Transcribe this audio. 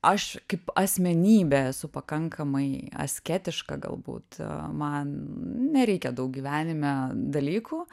aš kaip asmenybė esu pakankamai asketiška galbūt man nereikia daug gyvenime dalykų